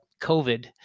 COVID